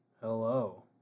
Hello